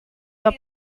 your